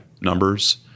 numbers